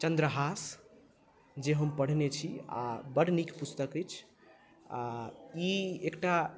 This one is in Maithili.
चन्द्रहास जे हम पढने छी आ बड नीक पुस्तक अछि आ ई एकटा